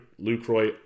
Lucroy